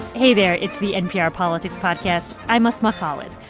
hey, there. it's the npr politics podcast. i'm asma khalid.